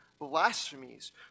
blasphemies